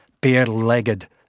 bare-legged